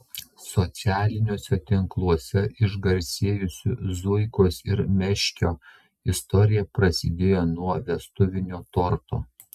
socialiniuose tinkluose išgarsėjusių zuikos ir meškio istorija prasidėjo nuo vestuvinio torto